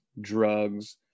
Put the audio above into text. drugs